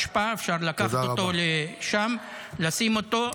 יש שם פח אשפה, אפשר לקחת אותו לשם, לשים אותו,